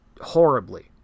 horribly